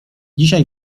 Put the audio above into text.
dzisiaj